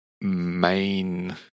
main